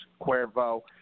Cuervo